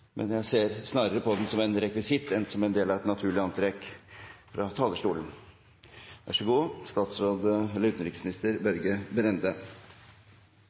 men jeg ser snarere på den som en rekvisitt enn som en del av et naturlig antrekk på talerstolen.